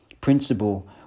principle